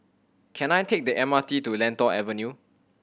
can I take the M R T to Lentor Avenue